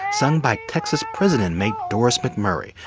sung by texas prison inmate doris mcmurray,